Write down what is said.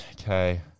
Okay